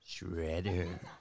Shredder